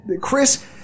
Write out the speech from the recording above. Chris